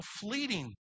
fleeting